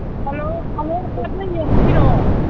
hello hello ꯇꯥꯖꯩꯌꯦ ꯍꯥꯏꯕꯤꯔꯛꯑꯣ